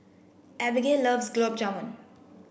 Abigail loves Gulab Jamun